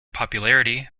popularity